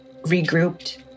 regrouped